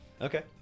Okay